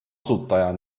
asutaja